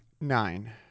Nine